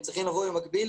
הם צריכים לבוא במקביל,